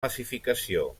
massificació